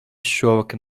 šovakar